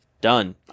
Done